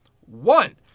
One